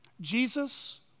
Jesus